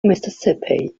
mississippi